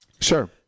sure